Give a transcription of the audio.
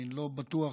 אני לא בטוח